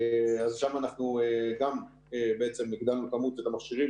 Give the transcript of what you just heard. שם אנחנו גם בעצם הגדלנו את כמות המכשירים.